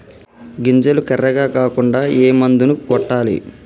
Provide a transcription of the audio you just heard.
గింజలు కర్రెగ కాకుండా ఏ మందును కొట్టాలి?